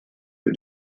für